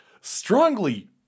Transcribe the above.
strongly